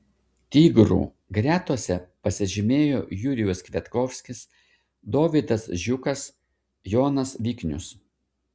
tigrų gretose pasižymėjo jurijus kviatkovskis dovydas žiukas jonas viknius